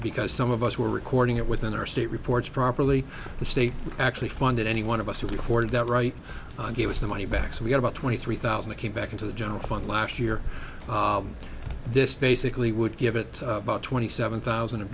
because some of us were recording it within our state reports properly the state actually funded any one of us who reported that right on gave us the money back so we had about twenty three thousand that came back into the general fund last year this basically would give it about twenty seven thousand